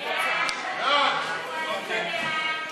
ההצעה להעביר את